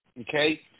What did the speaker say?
okay